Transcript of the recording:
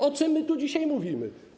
O czym my tu dzisiaj mówimy?